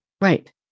Right